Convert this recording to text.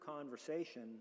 conversation